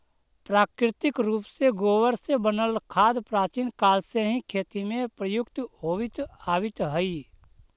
प्राकृतिक रूप से गोबर से बनल खाद प्राचीन काल से ही खेती में प्रयुक्त होवित आवित हई